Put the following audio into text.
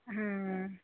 हां